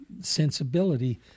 sensibility